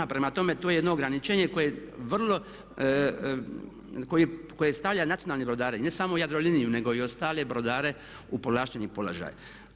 Prema tome, to je jedno ograničenje koje vrlo, koje stavlja nacionalne brodare i ne samo Jadroliniju nego i ostale brodare u povlašteni položaj.